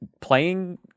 playing